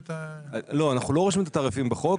אנחנו לא רושמים את התעריפים בחוק,